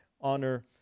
honor